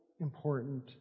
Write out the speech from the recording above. important